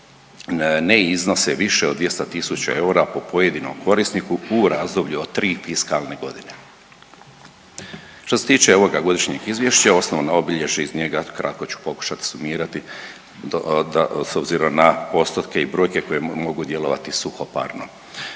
ne iznose više od 200.000 eura po pojedinom korisniku u razdoblju od tri fiskalne godine. Što se tiče ovoga godišnjeg izvješća osnovna obilježja iz njega kratko ću pokušat sumirati s obzirom na postotke i brojke koje mogu djelovati suhoparno.